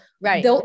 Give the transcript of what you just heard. right